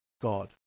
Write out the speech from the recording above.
God